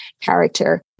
character